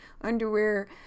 underwear